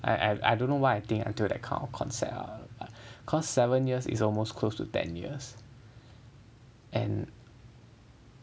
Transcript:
I I don't know why I think until that kind of concept ah but cause seven years is almost close to ten years and